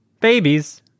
Babies